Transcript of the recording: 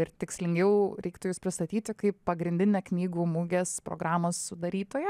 ir tikslingiau reiktų jus pristatyti kaip pagrindinę knygų mugės programos sudarytoją